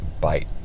bite